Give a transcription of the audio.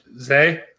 Zay